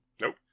Nope